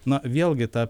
na vėlgi ta